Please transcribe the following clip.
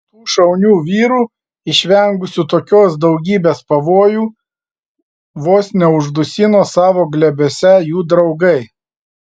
tų šaunių vyrų išvengusių tokios daugybės pavojų vos neuždusino savo glėbiuose jų draugai